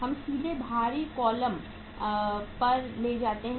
हम सीधे बाहरी कॉलम पर ले जा सकते हैं